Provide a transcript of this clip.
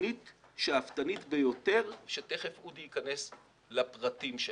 תוכנית שאפתנית ביותר שתכף אודי ייכנס לפרטים שלה.